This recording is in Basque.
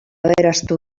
aberastu